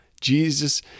Jesus